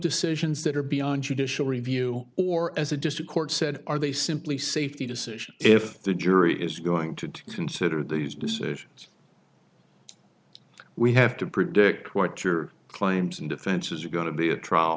decisions that are beyond judicial review or as a district court said are they simply safety decisions if the jury is going to consider these decisions we have to predict what your claims and defenses are going to be a trial